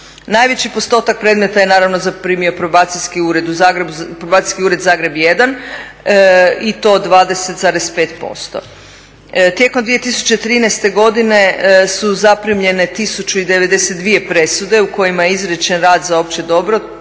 Najveći postotak predmeta je naravno zaprimio Probacijski ured Zagreb 1 i to 20,5%. Tijekom 2013. godine su zaprimljene 1092 presude u kojima je izrečen rad za opće dobro,